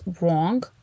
wrong